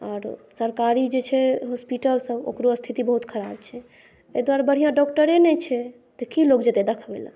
आर सरकारी जे छै हॉस्पिटल सब ओकरो स्थिति बहुत खराब छै एहि दुआरे बढ़िऑं डॉक्टरे नहि छै तऽ की लोग जेतै देखबै लए